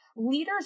leaders